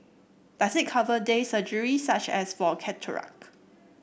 does it cover day surgery such as for cataract